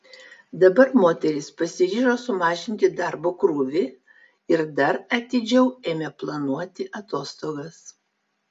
dabar moteris pasiryžo sumažinti darbo krūvį ir dar atidžiau ėmė planuoti atostogas